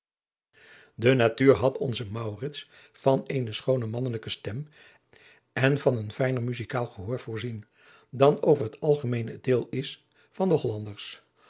de natuur had onzen maurits van eene schoone mannelijke stem en van een fijner muzijkaal gehoor voorzien dan over het algemeen het deel is van de hollanders